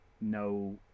No